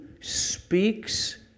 speaks